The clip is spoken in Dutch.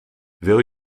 wil